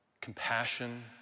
compassion